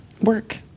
work